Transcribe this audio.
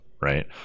right